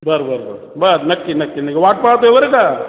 बर बर बर बर नक्की नक्की नाही वाट पाहातो आहे बरं का